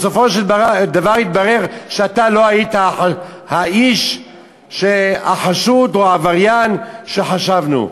בסופו של דבר התברר שאתה לא היית האיש החשוד או העבריין שחשבנו.